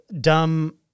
Dumb